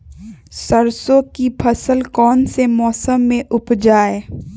सरसों की फसल कौन से मौसम में उपजाए?